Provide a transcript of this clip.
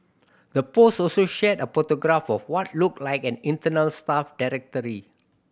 the post also shared a photograph of what looked like an internal staff